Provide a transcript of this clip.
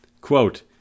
Quote